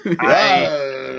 Hey